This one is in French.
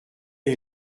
est